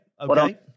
okay